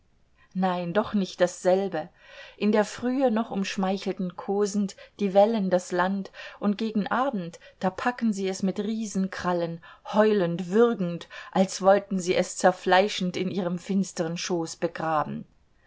nein doch nicht dasselbe in der frühe noch umschmeichelten kosend die wellen das land und gegen abend da packen sie es mit riesenkrallen heulend würgend als wollten sie es zerfleischend in ihrem finsteren schoß begraben